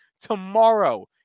Tomorrow